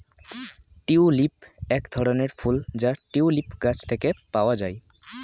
tulip হল এক ধরনের ফুল যা টিউলিপ গাছ থেকে পাওয়া যায়